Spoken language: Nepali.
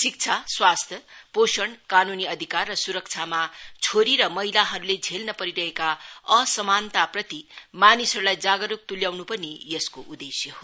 शिक्षा स्वास्थ्य पोषणकानुनी अधिकार र सुरक्षामा छोरी र महिलाहरूले झेल्न परिरहेका असमानताप्रति मानिसहरूलाई जागरूकता तुल्याउनु पनि यसको उद्देश्य हो